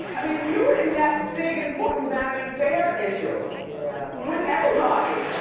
i mean, you were in that big, important vanity fair issue. yeah. with everybody.